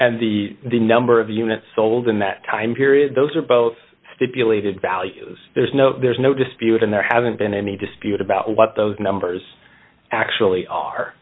and the the number of units sold in that time period those are both stipulated values there's no there's no dispute and there haven't been any dispute about what those numbers actually are